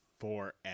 forever